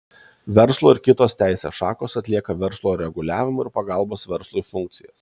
verslo ir kitos teisės šakos atlieka verslo reguliavimo ir pagalbos verslui funkcijas